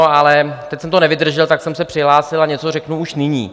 Ale teď jsem to nevydržel, tak jsem se přihlásil a něco řeknu už nyní.